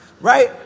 Right